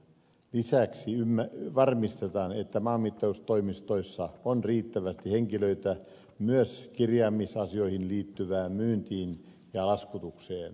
lisäksi varmistetaan että maanmittaustoimistoissa on riittävästi henkilöitä myös kirjaamisasioihin liittyvään myyntiin ja laskutukseen